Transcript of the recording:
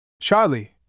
Charlie